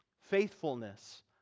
Faithfulness